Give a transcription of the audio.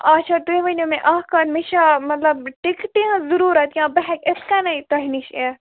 اَچھا تُہۍ ؤنِو مےٚ اَکھ کَتھ مےٚ چھا مطلب ٹِکٹہٕ ہٕنٛز ضروٗرت یا بہٕ ہٮ۪کہٕ اِتھٕ کٔنی تۅہہِ نِش یِتھ